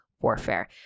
warfare